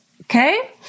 Okay